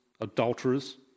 adulterers